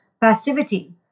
passivity